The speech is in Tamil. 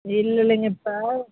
இல்லைல்லிங்க இப்போ